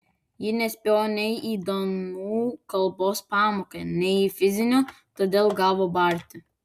ji nespėjo nei į danų kalbos pamoką nei į fizinio todėl gavo barti